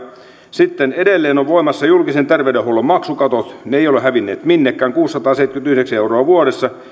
sitten edelleen ovat voimassa julkisen terveydenhuollon maksukatot ne eivät ole hävinneet minnekään kuusisataaseitsemänkymmentäyhdeksän euroa vuodessa